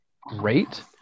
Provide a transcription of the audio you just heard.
great